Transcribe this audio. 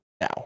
now